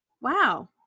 Wow